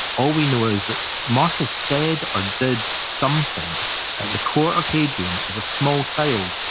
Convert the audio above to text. all we know is that so marcus said or did something at the court of hadrian, as a small child,